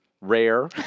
rare